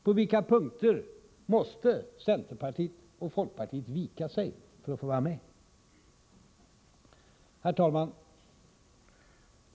På vilka punkter måste centerpartiet och folkpartiet vika sig för att få vara med? Herr talman!